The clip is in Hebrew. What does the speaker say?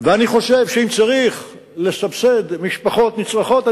ואני חושב שאם צריך לסבסד משפחות נצרכות,